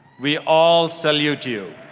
we all salute you.